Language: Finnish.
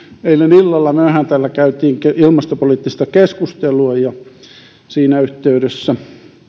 eilen illalla myöhään täällä käytiin ilmastopoliittista keskustelua ja siinä yhteydessä